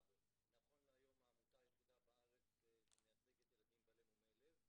נכון להיום היא העמותה היחידה בארץ שמייצגת ילדים בעלי מומי לב.